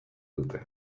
dute